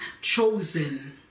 chosen